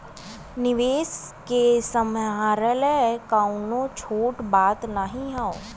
निवेस के सम्हारल कउनो छोट बात नाही हौ